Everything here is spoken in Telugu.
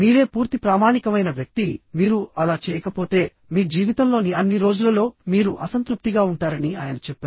మీరే పూర్తి ప్రామాణికమైన వ్యక్తి మీరు అలా చేయకపోతే మీ జీవితంలోని అన్ని రోజులలో మీరు అసంతృప్తిగా ఉంటారని ఆయన చెప్పారు